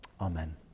Amen